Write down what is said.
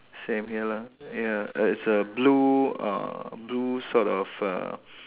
same here lah ya it's a blue uh blue sort of uh